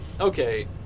Okay